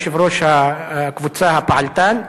יושב-ראש הקבוצה הפעלתן,